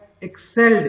excelled